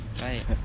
Right